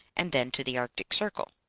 and then to the arctic circle.